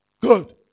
Good